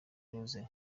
rose